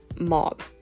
mob